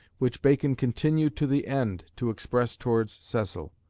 which bacon continued to the end to express towards cecil.